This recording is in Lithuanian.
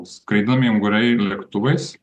skraidomi unguriai lėktuvais